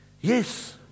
Yes